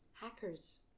Hackers